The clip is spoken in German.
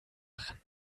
jahren